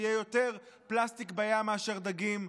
יהיה יותר פלסטיק בים מאשר דגים.